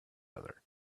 other